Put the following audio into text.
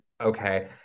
okay